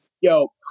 Yo